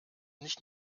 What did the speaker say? nicht